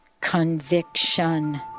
conviction